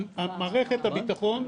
מערכת הביטחון,